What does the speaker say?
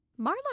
Marla